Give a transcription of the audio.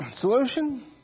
solution